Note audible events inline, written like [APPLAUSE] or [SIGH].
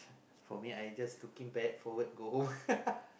for me I just looking back forward go home [LAUGHS]